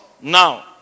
now